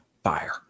fire